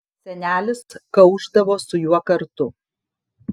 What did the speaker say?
senelis kaušdavo su juo kartu